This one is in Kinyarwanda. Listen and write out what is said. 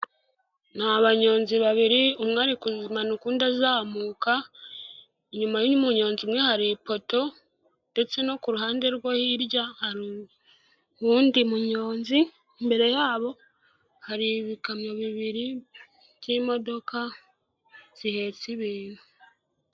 Ni banyonzi babiri, umwe ari kumaka undi azamuka, inyuma y'umunyonzu umwe hari ipoto ndetse no ku ruhande rw hirya hari uw'undi munyonzi, imbere yabo hari ibikamyo bibiri by'imodoka zihetse ibintu.